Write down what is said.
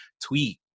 tweet